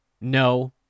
no